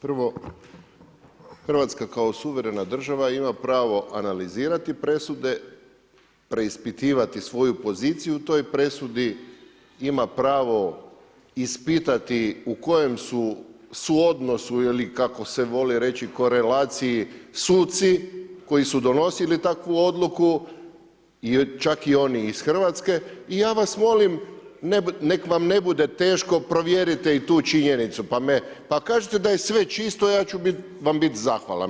Prvo, Hrvatska kao suverena država ima pravo analizirati presude, preispitivati svoju poziciju u toj presudi, ima pravo ispitati u kojem su suodnosu ili kako se voli reći korelaciji suci koji su donosili takvu odluku, čak i oni iz Hrvatske i ja vas molim nek vam ne bude teško provjerite i tu činjenicu pa ako kažete da je sve čisto ja ću vam biti zahvalan.